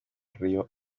río